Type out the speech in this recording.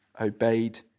obeyed